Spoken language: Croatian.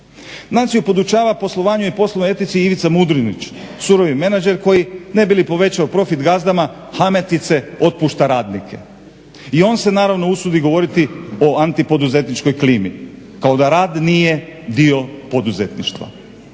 Naciju podučava poslovanju i poslovnoj etici Ivica Mudrinić surovi menadžer koji ne bi li povećao profit gazdama Hametice otpušta radnike. I on se naravno usudi govoriti o antipoduzetničkoj klimi kao da rad nije dio poduzetništva.